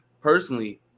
personally